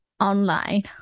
online